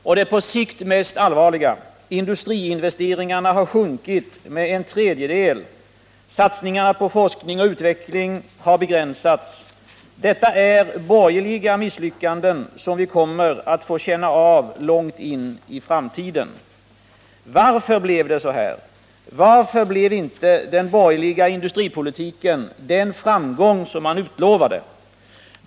Och det på sikt mest allvarliga: industriinvesteringarna har sjunkit med en tredjedel. Satsningarna på forskning och utveckling har begränsats. Detta är borgerliga misslyckanden som vi kommer att få känna av långt in i framtiden. Varför blev det då så här? Varför blev inte den borgerliga industripolitiken den framgång som man utlovade?